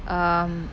um